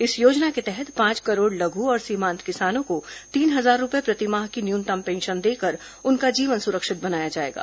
इस योजना के तहत पांच करोड़ लघु और सीमान्त किसानों को तीन हजार रूपये प्रतिमाह की न्यूनतम पेंशन देकर उनका जीवन सुरक्षित बनाया जायेगा